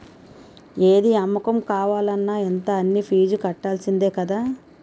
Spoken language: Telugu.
ఏది అమ్మకం కావాలన్న ఇంత అనీ ఫీజు కట్టాల్సిందే కదా